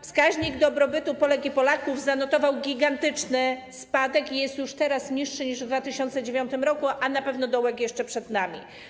Wskaźnik dobrobytu Polek i Polaków zanotował gigantyczny spadek i jest już teraz niższy niż w 2009 r., a na pewno dołek jeszcze przed nami.